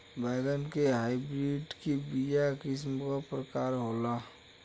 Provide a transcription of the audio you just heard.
बैगन के हाइब्रिड के बीया किस्म क प्रकार के होला?